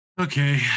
Okay